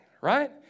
right